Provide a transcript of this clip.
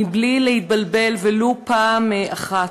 מבלי להתבלבל ולו פעם אחת: